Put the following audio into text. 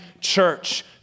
church